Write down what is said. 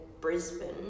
Brisbane